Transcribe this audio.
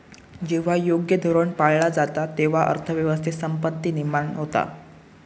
जेव्हा योग्य धोरण पाळला जाता, तेव्हा अर्थ व्यवस्थेत संपत्ती निर्माण होता